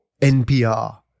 NPR